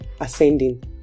ascending